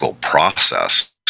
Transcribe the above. process